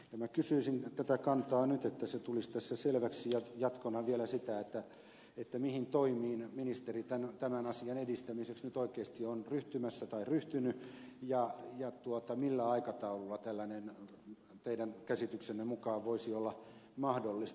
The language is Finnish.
minä kysyisin tätä kantaa nyt että se tulisi tässä selväksi ja jatkona vielä sitä mihin toimiin ministeri tämän asian edistämiseksi nyt oikeasti on ryhtymässä tai ryhtynyt ja millä aikataululla tällainen teidän käsityksenne mukaan voisi olla mahdollista